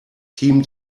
team